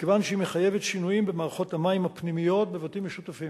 מכיוון שהיא מחייבת שינויים במערכות המים הפנימיות בבתים משותפים.